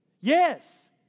Yes